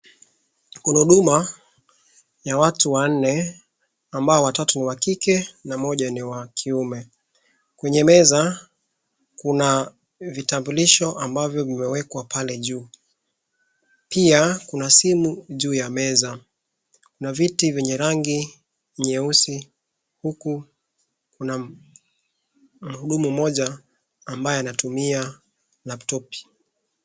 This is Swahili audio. Kuna huduma ya watu wanne ambao watatu ni wakike na mmoja ni wakiume. Kwenye meza kuna vitambulisho ambavyo vimewekwa pale juu pia kuna simu juu ya meza. Kuna viti vyenye rangi nyeusi huku kuna mhudumu mmoja ambaye anatumia lapitopi.